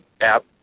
app